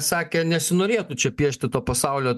sakė nesinorėtų čia piešti to pasaulio